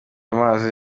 amazi